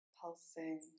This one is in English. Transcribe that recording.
pulsing